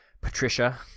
Patricia